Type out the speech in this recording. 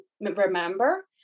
remember